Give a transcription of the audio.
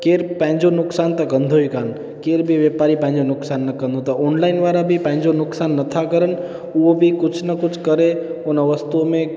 केर पंहिंजो नुक़सानु त कंदो ई कान केर बि वापारी पंहिंजो नुक़सानु न कंदो त ऑनलाइन वारा बि पंहिंजो नुक़सानु न था करनि उहो बि कुझु न कुझु करे हुन वस्तुअ में